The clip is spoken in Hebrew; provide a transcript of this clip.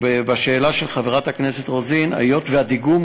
בשאלה של חברת הכנסת רוזין היות שדיגום